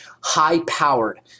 high-powered